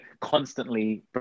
constantly